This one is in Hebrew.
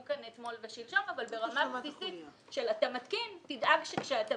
כאן אתמול ושלשום אבל ברמה בסיסית שאם אתה מתקין תדאג שכשאתה